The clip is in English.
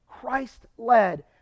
Christ-led